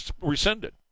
rescinded